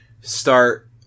start